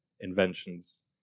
inventions